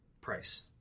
Price